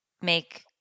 make